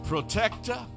protector